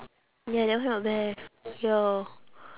ya never heard of that eh ya